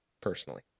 personally